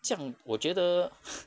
这样我觉得